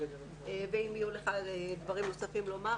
ואם יהיו לך דברים נוספים לומר,